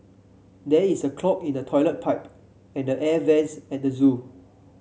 there is a clog in the toilet pipe and the air vents at the zoo